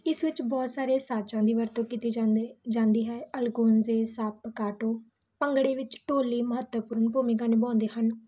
ਇਸ ਵਿੱਚ ਬਹੁਤ ਸਾਰੇ ਸਾਜਾਂ ਦੀ ਵਰਤੋਂ ਕੀਤੀ ਜਾਂਦੀ ਜਾਂਦੀ ਹੈ ਅਲਗੋਜ਼ੇ ਸੱਪ ਕਾਟੋ ਭੰਗੜੇ ਵਿੱਚ ਢੋਲੀ ਮਹੱਤਵਪੂਰਨ ਭੂਮਿਕਾ ਨਿਭਾਉਂਦੇ ਹਨ